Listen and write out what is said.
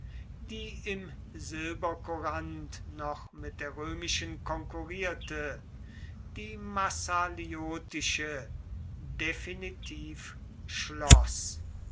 die im silbercourant noch mit der römischen konkurrierte die massaliotische definitiv